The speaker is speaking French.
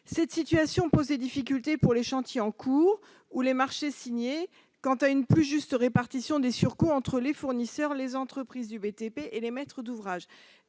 Cette situation pose des difficultés pour les chantiers en cours ou les marchés signés. Une plus juste répartition des surcoûts entre les fournisseurs, les entreprises du BTP et les maîtres d'ouvrage